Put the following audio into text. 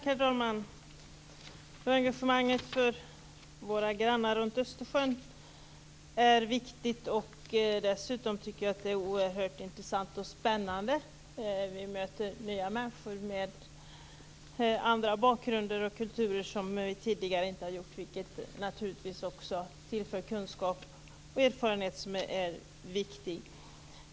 Herr talman! Engagemanget för våra grannar runt Östersjön är viktigt, och dessutom tycker jag att det är oerhört intressant och spännande. Vi möter nya människor med andra bakgrunder och kulturer, vilket vi tidigare inte gjort. Det tillför naturligtvis kunskaper och erfarenheter, som också är viktigt.